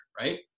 right